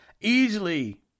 Easily